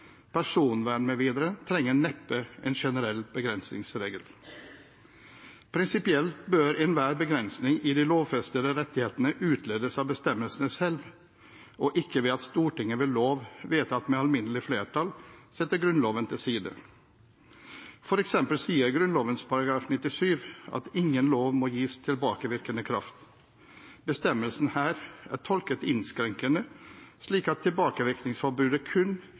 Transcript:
personvern mv., trenger neppe en generell begrensningsregel. Prinsipielt bør enhver begrensning i de lovfestede rettighetene utledes av bestemmelsene selv og ikke ved at Stortinget ved lov, vedtatt med alminnelig flertall, setter Grunnloven til side. For eksempel sier Grunnloven § 97 at ingen lov må gis tilbakevirkende kraft. Bestemmelsen her er tolket innskrenkende, slik at tilbakevirkningsforbudet kun